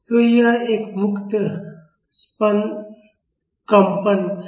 तो यह एक मुक्त कंपन है